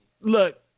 look